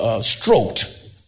stroked